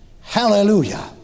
hallelujah